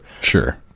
sure